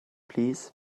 plîs